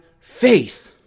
faith